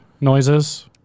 noises